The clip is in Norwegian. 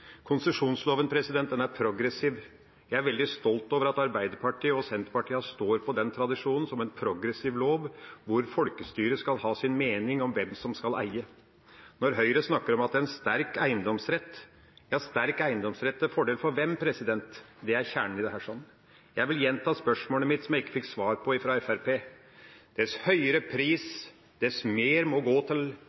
Konsesjonsloven er progressiv. Jeg er veldig stolt over at Arbeiderpartiet og Senterpartiet står på den tradisjonen, en progressiv lov hvor folkestyret skal ha sin mening om hvem som skal eie. Høyre snakker om at det er en sterk eiendomsrett. Sterk eiendomsrett til fordel for hvem? Det er kjernen i dette. Jeg vil gjenta spørsmålet mitt, som jeg ikke fikk svar på fra Fremskrittspartiet: Dess høyere pris, dess mer må gå til